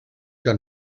que